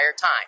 time